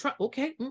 okay